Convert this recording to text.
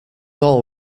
all